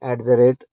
at the rate